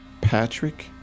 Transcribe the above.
Patrick